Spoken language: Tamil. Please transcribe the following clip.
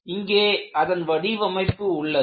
இங்கே அதன் வடிவமைப்பு உள்ளது